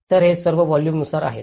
तर हे सर्व व्हॉल्यूम नुसार आहेत